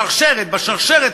בשרשרת,